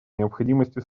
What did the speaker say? необходимости